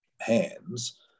hands